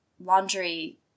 laundry